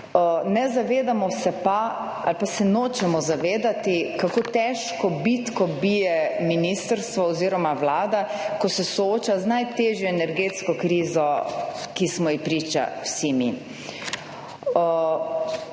Ne zavedamo se pa ali pa se nočemo zavedati, kako težko bitko bije ministrstvo oziroma Vlada, ko se sooča z najtežjo energetsko krizo, ki smo ji priča, vsi mi.